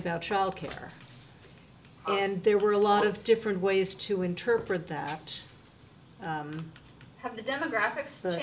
about childcare and there were a lot of different ways to interpret that have the demographics